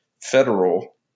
federal